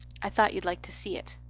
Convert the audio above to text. i thought youd like to see it.